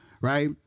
right